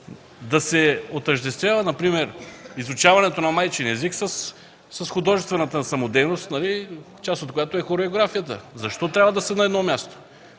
да се отъждествява например изучаването на майчин език с художествената самодейност, част от която е хореографията. Защо трябва да са на едно място,